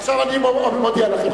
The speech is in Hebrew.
עכשיו אני מודיע לכם,